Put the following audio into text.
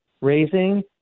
raising